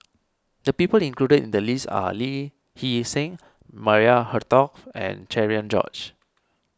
the people included in the list are Lee Hee Seng Maria Hertogh and Cherian George